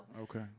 Okay